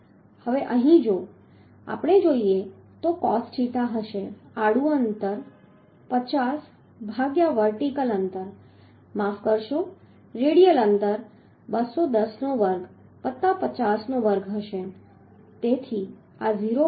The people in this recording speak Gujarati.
હવે અહીં જો આપણે જોઈએ તો cos થીટા હશે આડું અંતર 50 ભાગ્યા વર્ટિકલ અંતર માફ કરશો રેડિયલ અંતર 210 નો વર્ગ વત્તા 50 નો વર્ગ હશે તેથી આ 0